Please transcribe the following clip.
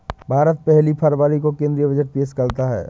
भारत पहली फरवरी को केंद्रीय बजट पेश करता है